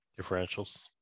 Differentials